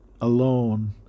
alone